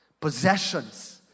Possessions